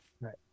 right